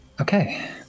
Okay